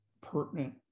pertinent